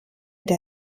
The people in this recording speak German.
der